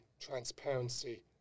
transparency